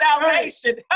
salvation